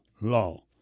law